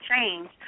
change